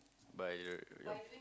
by uh uh